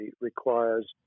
requires